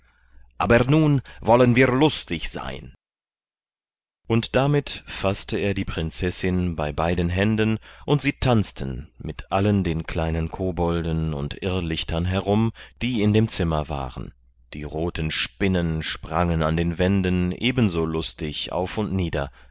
aber nun wollen wir lustig sein und damit faßte er die prinzessin bei beiden händen und sie tanzten mit allen den kleinen kobolden und irrlichtern herum die in dem zimmer waren die roten spinnen sprangen an den wänden ebenso lustig auf und nieder